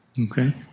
Okay